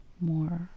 more